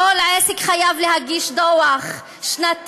כל עסק חייב להגיש דוח שנתי.